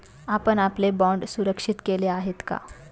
आपण आपले बाँड सुरक्षित केले आहेत का?